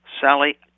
Sally